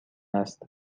است